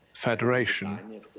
Federation